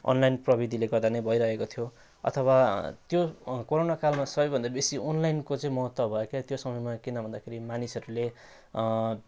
online प्रविधिलेे गर्दा नै भइरहेको थियो अथवा त्यो कोरोना कालमा सबै भन्दा बेसी अनलाइनको चाहिँ महत्त्व भयो क्या त्यो समयमा किन भन्दाखेरि मानिसहरूले